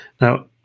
now